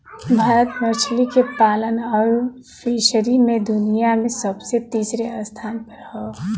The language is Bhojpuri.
भारत मछली के पालन आउर फ़िशरी मे दुनिया मे दूसरे तीसरे स्थान पर हौ